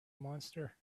monster